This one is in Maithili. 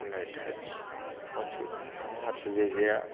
नहि खाइ छी मछ माछ जे यऽ